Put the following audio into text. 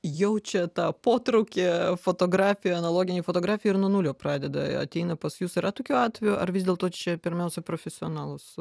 jaučia tą potraukį fotografijai analoginei fotografijai ir nuo nulio pradeda ateina pas jus yra tokiu atveju ar vis dėlto čia pirmiausia profesionalus